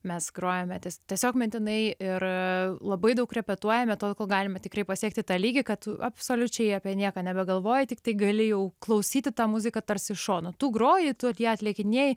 mes grojame tie tiesiog mintinai ir labai daug repetuojame tol kol galime tikrai pasiekti tą lygį kad absoliučiai apie nieką nebegalvoji tiktai gali jau klausyti tą muziką tarsi iš šono tu groji tu ją atlikinėji